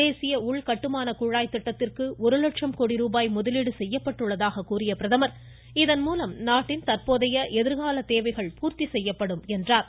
தேசிய உள் கட்டுமான குழாய் திட்டத்திற்கு ஒரு லட்சம் கோடிருபாய் முதலீடு செய்யப்பட்டுள்ளதாக கூறிய பிரதமர் இதன்மூலம் நாட்டின் தற்போதைய எதிர்கால தேவைகள் பூர்த்தி செய்யப்படும் என்றார்